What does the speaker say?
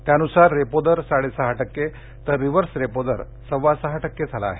त्यानुसार रेपो दर साडेसहा टक्के तर रिवर्स रेपो दर सव्वा सहा टक्के झाला आहे